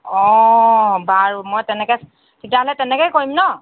অ বাৰু মই তেনেকৈ তেতিয়াহ'লে তেনেকৈয়ে কৰিম ন'